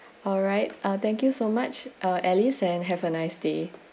alright ah thank you so much ah alice and have a nice day